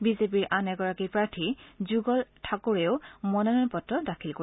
বিজেপিৰ আন এগৰাকী প্ৰাৰ্থী যুগল থাক ৰেও মনোনয়ন পত্ৰ দাখিল কৰিব